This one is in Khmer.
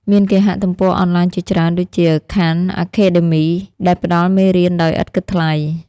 មានគេហទំព័រអនឡាញជាច្រើនដូចជា ខាន់ អាខេដដឺមី (Khan Academy) ដែលផ្តល់មេរៀនដោយឥតគិតថ្លៃ។